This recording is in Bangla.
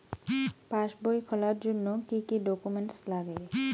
পাসবই খোলার জন্য কি কি ডকুমেন্টস লাগে?